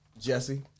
jesse